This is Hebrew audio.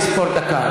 התחלתי לספור דקה.